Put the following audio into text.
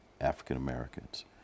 African-Americans